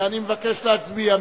ואני מבקש להצביע.